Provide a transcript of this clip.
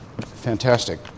fantastic